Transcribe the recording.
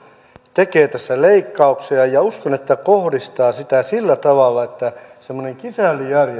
tekee tässä leikkauksia ja uskon että se kohdistaa sitä sillä tavalla että tulee semmoinen